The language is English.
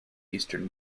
eastern